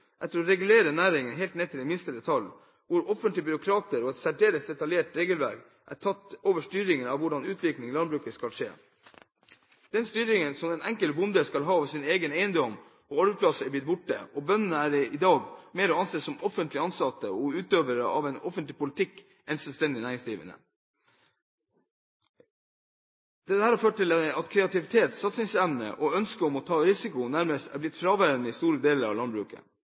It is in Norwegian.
etter å regulere næringen helt ned til den minste detalj, og hvor offentlige byråkrater og et særdeles detaljert regelverk har tatt over styringen av hvordan utviklingen i landbruket skal skje. Den styringen som den enkelte bonde skal ha over egen eiendom og arbeidsplass, er blitt borte, og bøndene er i dag mer å anse som offentlig ansatte og utøvere av en offentlig politikk enn som selvstendig næringsdrivende. Dette har ført til at kreativitet, satsingsevne og ønske om å ta risiko nærmest er blitt fraværende i store deler av landbruket.